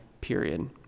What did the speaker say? period